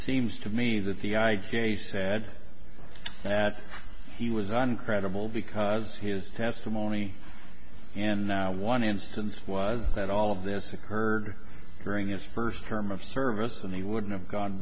seems to me that the guy gay said that he was uncredible because his testimony and now one instance was that all of this occurred during his first term of service and he wouldn't have gone